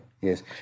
Yes